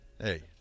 Hey